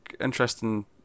Interesting